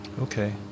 Okay